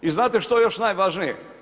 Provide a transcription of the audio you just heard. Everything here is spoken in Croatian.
I znate što je još najvažnije?